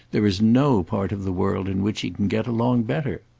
there is no part of the world in which he can get along better.